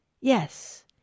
Yes